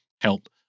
help